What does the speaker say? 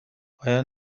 آیا